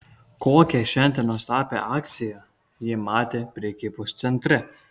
kokią šiandien nuostabią akciją ji matė prekybos centre